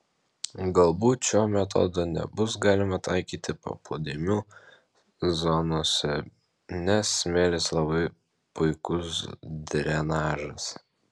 galbūt šio metodo nebus galima taikyti paplūdimių zonose nes smėlis labai puikus drenažas